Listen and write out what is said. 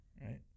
Right